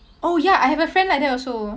oh ya I have a friend like that also